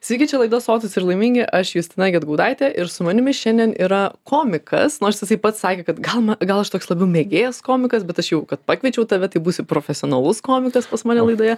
sveiki čia laida sotūs ir laimingi aš justina gedgaudaitė ir su manimi šiandien yra komikas nors jisai pats sakė kad gal gal aš toks labiau mėgėjas komikas bet aš jau kad pakviečiau tave tai būsiu profesionalus komikas pas mane laidoje